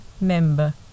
member